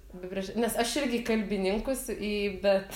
labai gražu nes aš irgi į kalbininkus į bet